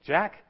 Jack